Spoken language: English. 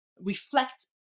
reflect